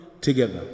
together